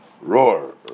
roar